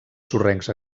sorrencs